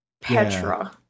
Petra